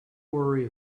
worry